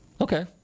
Okay